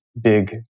big